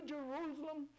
Jerusalem